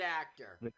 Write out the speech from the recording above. actor